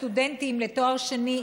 לסטודנטים לתואר שני,